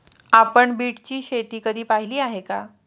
आपण बीटची शेती कधी पाहिली आहे का?